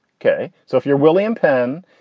ok. so if you're william penn,